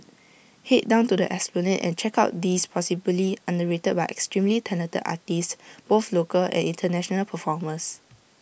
Head down to the esplanade and check out these possibly underrated but extremely talented artists both local and International performers